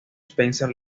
spencer